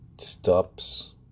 stops